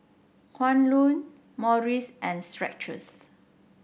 Kwan Loong Morries and Skechers